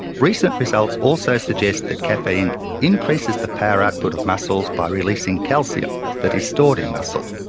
recent results also suggest that caffeine increases the power output of muscles by releasing calcium that is stored in muscle.